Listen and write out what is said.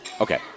Okay